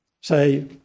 Say